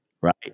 right